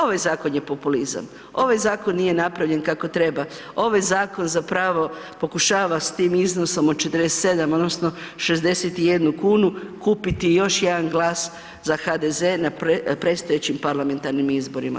Ovaj zakon je populizam, ovaj zakon nije napravljen kako treba, ovaj zakon zapravo pokušava s tim iznosom od 47 odnosno 61 kunu kupiti još jedan glas za HDZ na predstojećim parlamentarnim izborima.